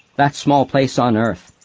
that small place on earth.